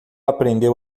aprendeu